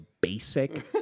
basic